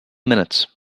minutes